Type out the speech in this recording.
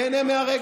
תיהנה מהרגע.